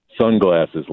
sunglasses